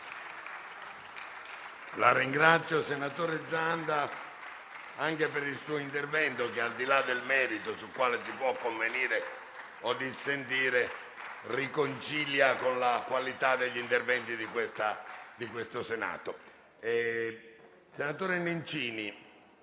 La ringrazio, senatore Zanda, per il suo intervento che, al di là del merito, sul quale si può convenire o dissentire, riconcilia con la qualità degli interventi di questo Senato. È iscritto